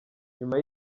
nyuma